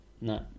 No